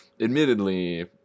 admittedly